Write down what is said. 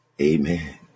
Amen